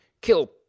kill